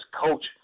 coach